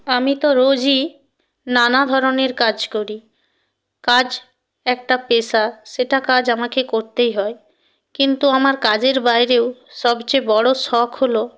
আমি তো রোজই নানা ধরনের কাজ করি কাজ একটা পেশা সেটা কাজ আমাকে করতেই হয় কিন্তু আমার কাজের বাইরেও সবচেয়ে বড়ো শখ হলো